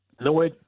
no